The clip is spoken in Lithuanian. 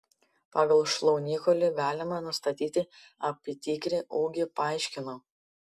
pagal šlaunikaulį galima nustatyti apytikrį ūgį paaiškinau